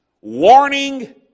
warning